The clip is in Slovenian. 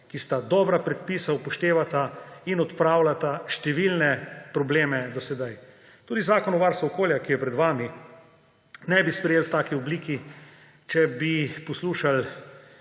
ki sta dobra predpisa, upoštevata in odpravljata številne probleme do sedaj. Tudi Zakona o varstvu okolja, ki je pred vami, ne bi sprejeli v taki obliki, če bi poslušali